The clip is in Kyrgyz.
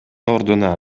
ордуна